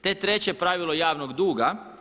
Te treće pravilo javnog duga.